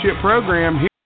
program